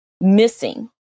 missing